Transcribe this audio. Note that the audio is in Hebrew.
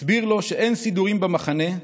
הסביר לו שאין סידורים במחנה,